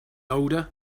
older